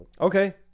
Okay